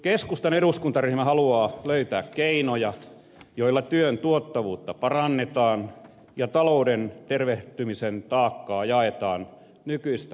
keskustan eduskuntaryhmä haluaa löytää keinoja joilla työn tuottavuutta parannetaan ja talouden tervehtymisen taakkaa jaetaan nykyistä tasavertaisemmin